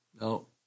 No